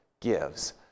gives